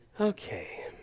Okay